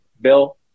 Bill